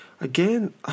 again